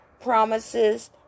promises